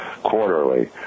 quarterly